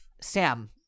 Sam